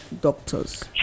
doctors